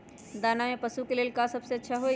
दाना में पशु के ले का सबसे अच्छा होई?